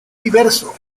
diverso